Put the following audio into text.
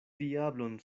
diablon